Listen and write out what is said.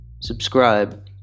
subscribe